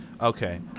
Okay